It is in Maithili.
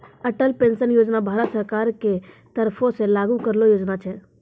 अटल पेंशन योजना भारत सरकारो के तरफो से लागू करलो योजना छै